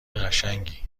قشنگی